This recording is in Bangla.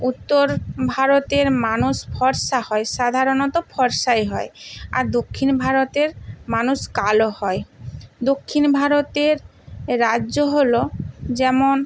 উত্তর ভারতের মানুষ ফর্সা হয় সাধারণত ফর্সাই হয় আর দক্ষিণ ভারতের মানুষ কালো হয় দক্ষিণ ভারতের রাজ্য হলো যেমন